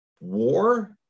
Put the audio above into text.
war